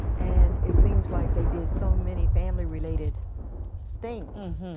and it seems like they did so many family related things.